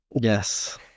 Yes